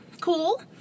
cool